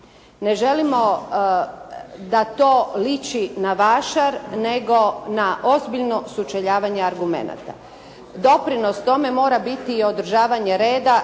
Ne želimo da to liči na vašar nego na ozbiljno sučeljavanje argumenata. Doprinos tome mora biti i održavanje reda,